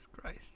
Christ